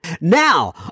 Now